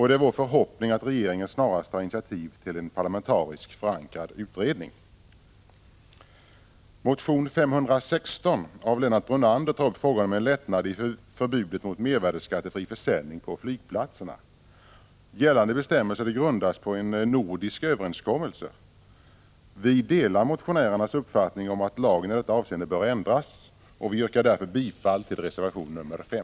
Det är vår förhoppning att regeringen snarast tar initiativ till en parlamentariskt förankrad utredning. mot mervärdeskattefri försäljning på flygplatserna. Gällande bestämmelser grundas på en nordisk överenskommelse. Vi delar motionärens uppfattning om att lagen i detta avseende bör ändras. Vi yrkar därför bifall till reservation nr 5.